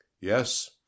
Yes